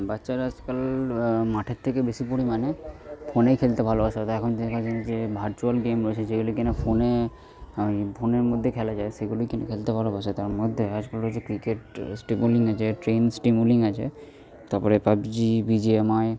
বাচ্চারা আজকাল মাঠের থেকে বেশি পরিমাণে ফোনে খেলতে ভালোবাসে হয়তো এখন যে ভার্চুয়াল গেম রয়েছে যেগুলি কিনা ফোনে ওই ফোনের মধ্যে খেলা যায় সেগুলি কিনে খেলতে ভালোবাসে তার মধ্যে আজকাল রয়েছে ক্রিকেট যে ট্রেন স্টিমুলিং আছে তার পরে পাবজি বিজিএমআই